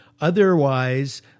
Otherwise